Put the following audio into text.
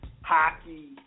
hockey